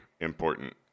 important